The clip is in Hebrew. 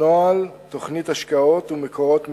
נוהל תוכנית השקעות ומקורות מימון.